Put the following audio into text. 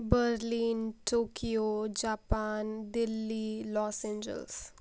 Berlin Tokyo Japan Delhi Los Angeles